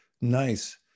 nice